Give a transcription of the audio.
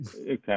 Okay